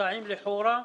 מוסעים לחורה.